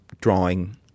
drawing